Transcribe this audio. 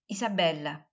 Isabella